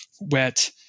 wet